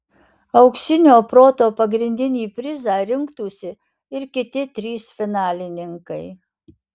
auksinio proto pagrindinį prizą rinktųsi ir kiti trys finalininkai